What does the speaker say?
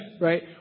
right